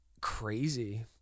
crazy